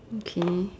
okay